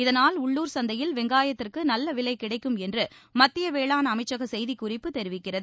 இதனால் உள்ளுர் சந்தையில் வொங்காயத்திற்கு நல்ல விலை கிடைக்கும் என்று மத்திய வேளாண் அமைச்சக செய்தி குறிப்பு தெரிவிக்கிறது